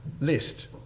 list